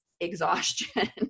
exhaustion